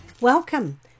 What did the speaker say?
Welcome